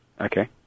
okay